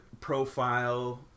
profile